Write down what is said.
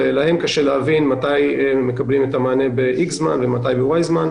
ולהם קשה להבין מתי מקבלים את המענה ב-X זמן ומתי ב-Y זמן.